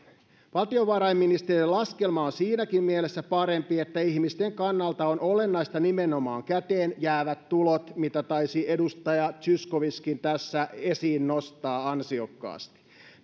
valtiovarainministeriön laskelma on siinäkin mielessä parempi että ihmisten kannalta ovat olennaisia nimenomaan käteenjäävät tulot mitä taisi edustaja zyskowiczkin tässä esiin nostaa ansiokkaasti